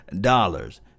dollars